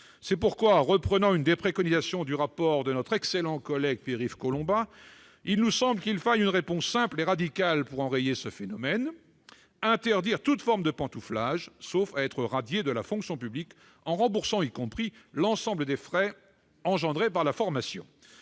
C'est pourquoi, reprenant une des préconisations du rapport de notre excellent collègue Pierre-Yves Collombat, nous proposons une mesure simple et radicale pour enrayer ce phénomène : interdire toute forme de pantouflage, sauf à être radié de la fonction publique en devant rembourser l'ensemble des frais engendrés par la formation.